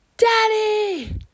Daddy